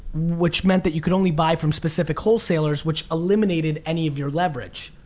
which meant that you could only buy from specific wholesalers which eliminated any of your leverage.